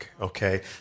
Okay